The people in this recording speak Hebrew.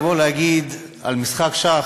לבוא להגיד על משחק שח,